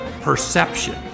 Perception